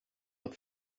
the